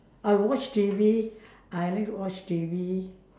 I watch T_V I like to watch T_V